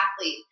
athlete